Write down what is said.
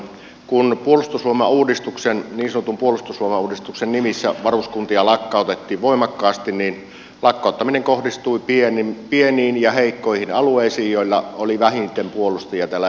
kun puolustusvoimauudistuksen niin sanotun puolustusvoimauudistuksen nimissä varuskuntia lakkautettiin voimakkaasti niin lakkauttaminen kohdistui pieniin ja heikkoihin alueisiin joilla oli vähiten puolustajia täällä eduskunnassa